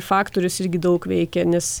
faktorius irgi daug veikia nes